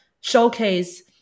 showcase